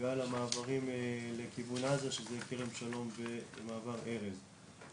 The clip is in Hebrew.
על המעברים לכיוון עזה שזה כרם שלום ומעבר ארז.